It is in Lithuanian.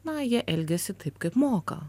na jie elgiasi taip kaip moka